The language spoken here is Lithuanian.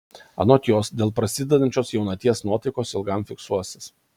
anot jos dėl prasidedančios jaunaties nuotaikos ilgam fiksuosis